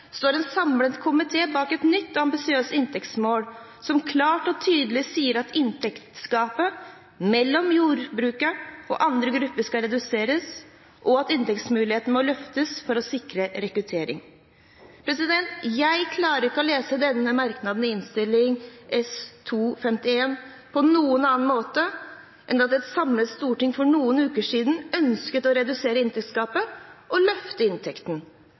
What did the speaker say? står en samlet komité bak et nytt og ambisiøst inntektsmål, som klart og tydelig sier at inntektsgapet mellom jordbruket og andre grupper skal reduseres, og at inntektsmuligheten må løftes for å sikre rekruttering. Jeg klarer ikke å lese denne merknaden i Innst. 251 S for 2016–2017 på noen annen måte enn at et samlet storting for noen uker siden ønsket å redusere inntektsgapet og løfte inntekten.